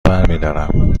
برمیدارم